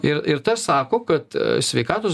ir ir tas sako kad sveikatos